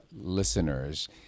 listeners